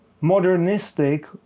modernistic